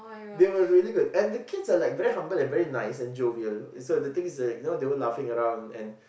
they were very good and the kids are like very humble and very nice and jovial the things is like they were laughing around and